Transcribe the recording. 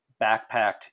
backpacked